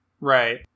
Right